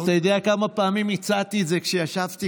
אתה יודע כמה פעמים הצעתי את זה כשישבתי